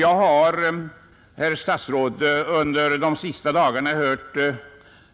Jag har, herr statsråd, under de senaste dagarna hört